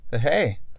Hey